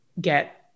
get